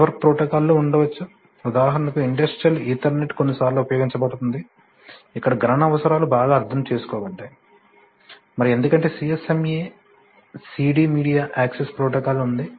network ప్రోటోకాల్లు ఉండవచ్చు ఉదాహరణకు ఇండస్ట్రియల్ ఈథర్నెట్ కొన్నిసార్లు ఉపయోగించబడుతుంది ఇక్కడ గణన అవసరాలు బాగా అర్థం చేసుకోబడ్డాయి మరియు ఎందుకంటే CSMA CD media access protocol ఉంది